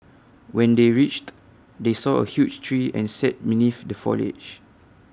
when they reached they saw A huge tree and sat beneath the foliage